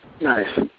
Nice